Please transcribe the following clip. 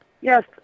Yes